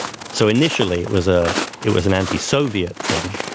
so initially it was ah it was an anti-soviet thing.